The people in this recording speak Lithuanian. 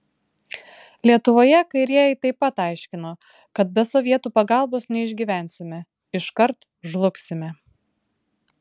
lietuvoje kairieji taip pat aiškino kad be sovietų pagalbos neišgyvensime iškart žlugsime